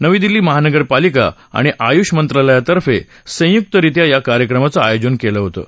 नवी दिल्ली महानगरपालिका आणि आयूष मंत्रालयातर्फे संयुक्तरीत्या या कार्यक्रमाचं आयोजन केलं होतं